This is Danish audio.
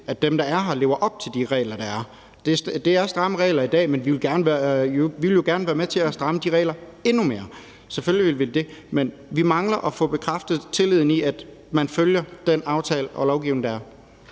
at dem, der er her, lever op til de regler, der er. Det er stramme regler i dag, men vi vil jo gerne være med til at stramme de regler endnu mere. Selvfølgelig vil vi det. Men vi mangler at få bekræftet, at man følger den aftale og lovgivning, der er,